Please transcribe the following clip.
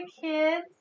kids